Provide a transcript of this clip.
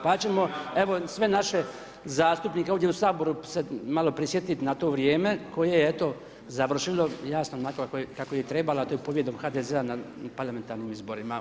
Pa ćemo evo sve naše zastupnike ovdje u Saboru se malo prisjetiti na to vrijeme koje je eto završilo jasno onako kako je i trebalo a to je pobjedom HDZ-a na parlamentarnim izborima.